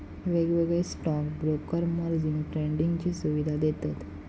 वेगवेगळे stock broker margin ट्रेडिंगची सुवीधा देतत